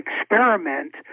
experiment